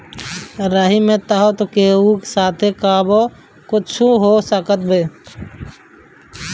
राही में तअ केहू के साथे कबो कुछु हो सकत हवे